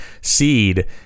seed